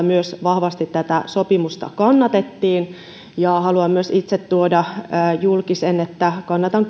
myös lausuntokierroksella tätä sopimusta vahvasti kannatettiin haluan myös itse tuoda julki sen että kannatan